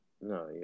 No